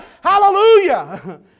hallelujah